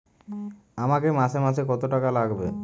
আমাকে মাসে মাসে কত টাকা লাগবে?